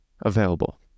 available